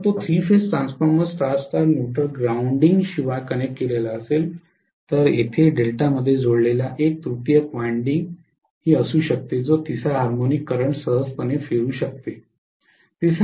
जर तो three phase transformer star star neutral ग्राउंडिंगशिवाय कनेक्ट केलेला असेल तर तेथे डेल्टामध्ये जोडलेला एक तृतीयक वायंडिंग असू शकतो जो तिसरा हार्मोनिक करंट सहजपणे फिरवू शकतो